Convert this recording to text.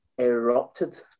erupted